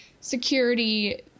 security